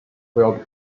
will